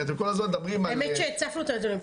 כי אתם כל הזמן מדברים על --- האמת שהצפנו את הנתונים,